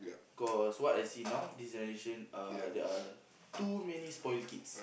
cause what I see now this generation uh there are too many spoil kids